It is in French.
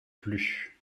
plus